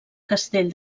castell